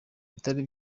bitari